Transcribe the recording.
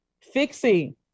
fixing